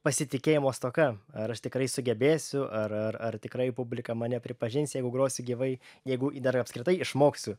pasitikėjimo stoka ar aš tikrai sugebėsiu ar ar ar tikrai publika mane pripažins jeigu grosiu gyvai jeigu i dar apskritai išmoksiu